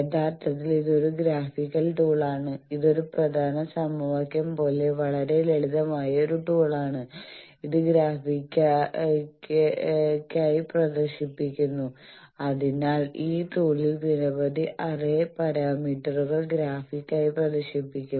യഥാർത്ഥത്തിൽ ഇതൊരു ഗ്രാഫിക്കൽ ടൂളാണ് ഇത് ഒരു പ്രധാന സമവാക്യം പോലെ വളരെ ലളിതമായ ഒരു ടൂളാണ് ഇത് ഗ്രാഫിക്കായി പ്രദർശിപ്പിക്കുന്നു അതിനാൽ ഈ ടൂളിൽ നിരവധി അറേ പാരാമീറ്ററുകൾ ഗ്രാഫിക്കായി പ്രദർശിപ്പിക്കും